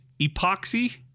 epoxy